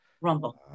Rumble